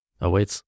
awaits